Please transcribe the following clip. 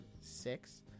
six